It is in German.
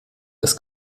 ist